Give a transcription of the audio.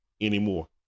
anymore